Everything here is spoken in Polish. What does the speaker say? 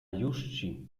jużci